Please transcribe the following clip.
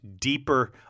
deeper